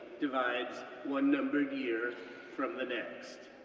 divides one numbered year from the next.